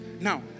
now